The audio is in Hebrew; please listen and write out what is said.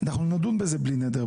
מספר זהות ותעודת זהות